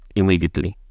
immediately